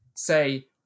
say